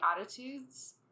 attitudes